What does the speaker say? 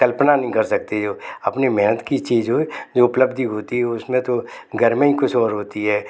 कल्पना नहीं कर सकते जो अपनी मेहनत की चीज हो जो उपलब्धि होती है उसमें तो गर्मी कुछ और होती है